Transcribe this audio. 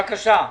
בבקשה.